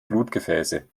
blutgefäße